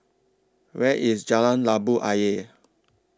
Where IS Jalan Labu Ayer